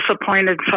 disappointed